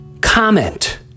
comment